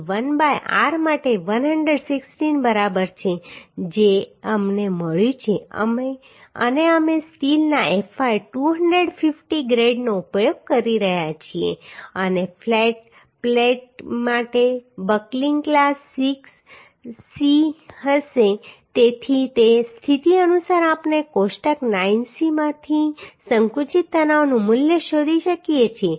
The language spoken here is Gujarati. તેથી l બાય r માટે 116 બરાબર છે જે અમને મળ્યું છે અને અમે સ્ટીલના fy 250 ગ્રેડનો ઉપયોગ કરી રહ્યા છીએ અને ફ્લેટ પ્લેટ માટે બકલિંગ ક્લાસ c હશે તેથી તે સ્થિતિ અનુસાર આપણે કોષ્ટક 9c માંથી સંકુચિત તણાવનું મૂલ્ય શોધી શકીએ છીએ